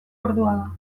ordua